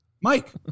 Mike